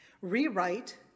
rewrite